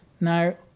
Now